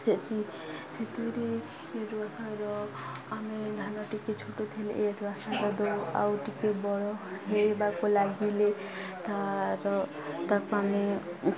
ସେଥି ସେଥିରେ ଏରୁଆ ସାର ଆମେ ଧାନ ଟିକେ ଛୋଟ ଥିଲେ ଏରୁଆ ସାର ଦଉ ଆଉ ଟିକେ ବଡ଼ ହେଇବାକୁ ଲାଗିଲେ ତା'ର ତାକୁ ଆମେ